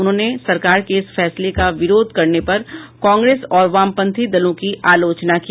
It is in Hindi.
उन्होंने सरकार के इस फैसले का विरोध करने पर कांग्रेस और वामपंथी दलों की आलोचना की